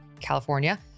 California